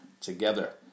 together